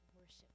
worship